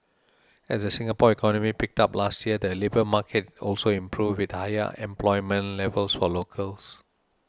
as the Singapore economy picked up last year the labour market also improved with higher employment levels for locals